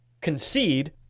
concede